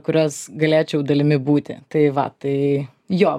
kurios galėčiau dalimi būti tai va tai jo